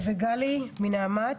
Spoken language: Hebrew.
גלי מנעמת.